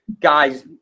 guys